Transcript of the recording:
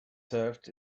served